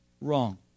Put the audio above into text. wrong